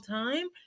time